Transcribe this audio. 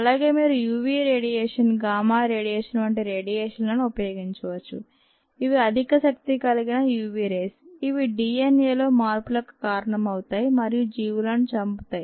అలాగే మీరు UV radiation gamma radiation వంటి రేడియేషన్ లను ఉపయోగించవచ్చు ఇవి అధిక శక్తి కలిగిన యువి రేస్ ఇవి డిఎన్ఎలో మార్పులకు కారణం అవుతాయి మరియు జీవులను చంపుతాయి